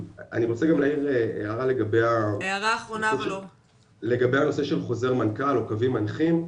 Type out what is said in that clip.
אני רוצה להעיר גם הערה לגבי הנושא של חוזר מנכ"ל או קווים מנחים,